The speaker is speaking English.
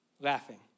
laughing